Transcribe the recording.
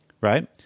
right